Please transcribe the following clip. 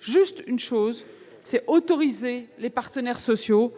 juste une chose : autoriser les partenaires sociaux